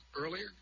earlier